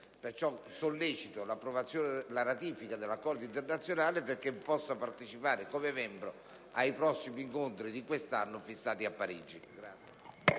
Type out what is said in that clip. pertanto, la ratifica dell'accordo internazionale perché possa partecipare come membro ai prossimi incontri di questo anno fissati a Parigi.